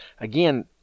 Again